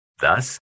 Thus